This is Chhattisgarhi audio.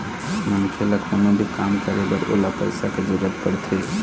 मनखे ल कोनो भी काम करे बर ओला पइसा के जरुरत पड़थे